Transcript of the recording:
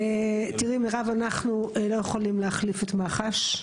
אנחנו לא יכולים להחליף את מח"ש.